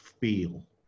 feel